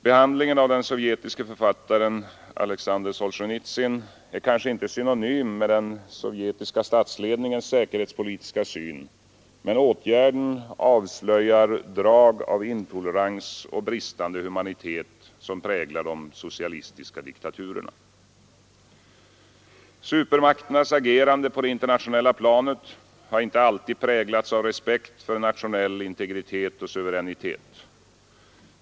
Behandlingen av den sovjetiske författaren Alexander Solzjenitsyn är kanske inte synonym med den sovjetiska statsledningens säkerhetspolitiska syn, men åtgärden avslöjar drag av intolerans och bristande humanitet som präglar de socialistiska diktaturerna. Supermakternas agerande på det internationella planet har inte alltid präglats av respekt för nationell integritet och suveränitet.